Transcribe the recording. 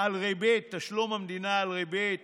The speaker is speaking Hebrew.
על ריבית, תשלום המדינה על ריבית